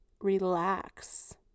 relax